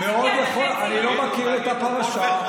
אני לא מכיר את הפרשה.